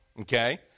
Okay